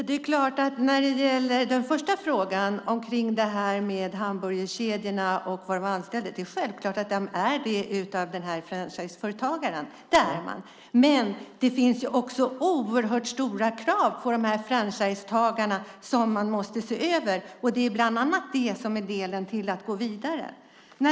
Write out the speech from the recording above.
Herr talman! Den första frågan gällde hamburgerkedjorna och de anställda. Det är självklart att de är anställda av den här franchiseföretagaren. Men det finns också oerhört stora krav på franchisetagarna som måste ses över. Det är bland annat det som är skälet till att gå vidare.